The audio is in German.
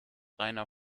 rainer